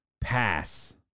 Pass